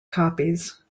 copies